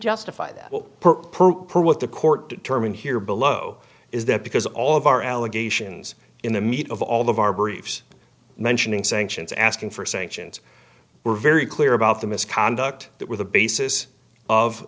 justify that per hour what the court determined here below is that because all of our allegations in the meet of all of our briefs mentioning sanctions asking for sanctions were very clear about the misconduct that were the basis of